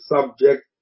subject